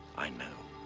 i know.